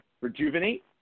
rejuvenate